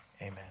Amen